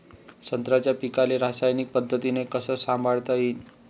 संत्र्याच्या पीकाले रासायनिक पद्धतीनं कस संभाळता येईन?